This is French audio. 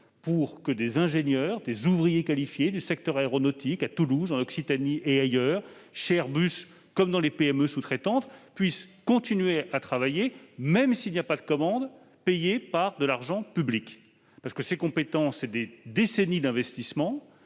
pour que des ingénieurs et des ouvriers qualifiés du secteur aéronautique, à Toulouse, en Occitanie et ailleurs, chez Airbus comme dans les PME sous-traitantes, puissent continuer à travailler, même s'il n'y a pas de commandes payées par de l'argent public. Ces compétences, ce sont des décennies d'investissement.